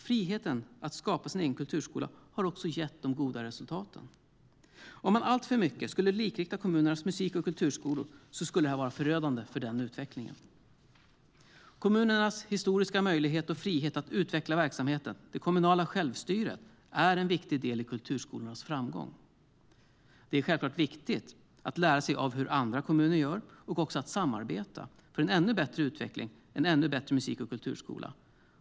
Friheten att skapa sin egen kulturskola har också gett goda resultat. Om man alltför mycket skulle likrikta kommunernas musik och kulturskolor skulle det vara förödande för utvecklingen. Kommunernas historiska möjlighet och frihet, att utveckla verksamheten, det kommunala självstyret, är en viktig del i kulturskolornas framgång. Det är självklart viktigt att lära sig av hur andra kommuner gör och också att samarbeta för en ännu bättre utveckling och en ännu bättre musik och kulturskola.